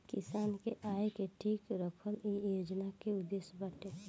किसान के आय के ठीक रखल इ योजना के उद्देश्य बाटे